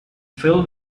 fill